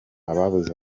ababuze